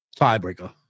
tiebreaker